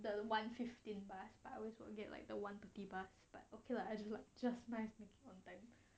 the one fifteen bus but I always get like the one thirty bus but okay lah I just like just nice making on time